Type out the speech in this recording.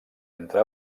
entre